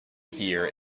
here